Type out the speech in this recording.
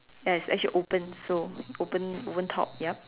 ya it's actually open so open open top yup